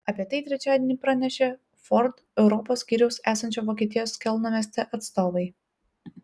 apie tai trečiadienį pranešė ford europos skyriaus esančio vokietijos kelno mieste atstovai